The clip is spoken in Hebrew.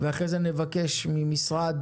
ואחרי זה נבקש ממשרד